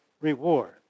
reward